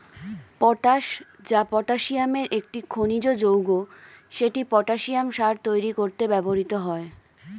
potash, যা পটাসিয়ামের একটি খনিজ যৌগ, সেটি পটাসিয়াম সার তৈরি করতে ব্যবহৃত হয়